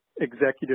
executive